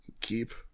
keep